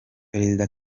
perezida